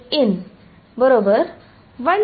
कारण हे 2 D integral होते आणि आता हे 1 डी इंटिग्रल आहे